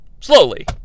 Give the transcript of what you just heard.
slowly